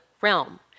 realm